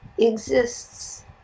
exists